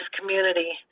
community